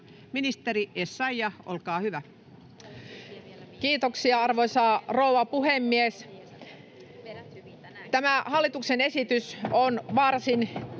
Ministeri Essayah, olkaa hyvä. Kiitoksia, arvoisa rouva puhemies! Tämä hallituksen esitys on varsin